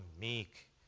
meek